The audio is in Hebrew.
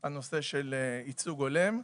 על נושא ייצוג הולם.